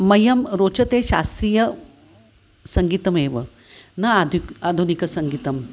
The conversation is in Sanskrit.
मह्यं रोचते शास्त्रीयसङ्गीतमेव न आधुनिकम् आधुनिकसङ्गीतम्